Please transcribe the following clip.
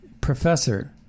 professor